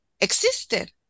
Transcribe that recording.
existed